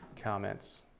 Comments